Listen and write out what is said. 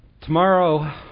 Tomorrow